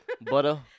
Butter